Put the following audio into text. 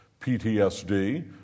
PTSD